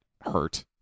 hurt